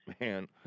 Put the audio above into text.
man